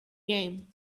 game